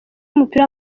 w’umupira